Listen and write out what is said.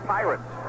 Pirates